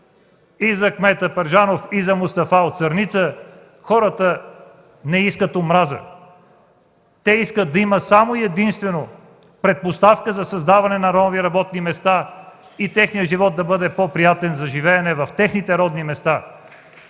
и за кмета Пържанов, и за Мустафа от Сърница: хората не искат омраза! Те искат да има само и единствено предпоставка за създаване на нови работни места и животът им да бъде по-приятен в техните родни места!